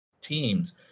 teams